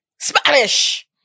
Spanish